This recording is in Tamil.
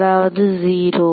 அதாவது 0